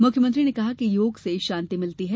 मुख्यमंत्री ने कहा कि योग से शांति आती है